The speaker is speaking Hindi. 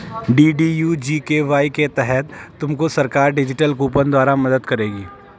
डी.डी.यू जी.के.वाई के तहत तुमको सरकार डिजिटल कूपन द्वारा मदद करेगी